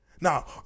Now